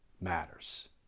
matters